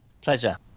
pleasure